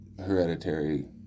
hereditary